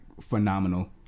phenomenal